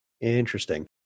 Interesting